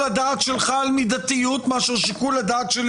הדעת שלך על מדתיות מאשר שיקול הדעת שלי,